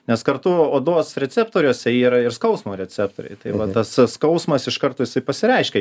nes kartu odos receptoriuose yra ir skausmo receptoriai tai va tas skausmas iš karto jisai pasireiškia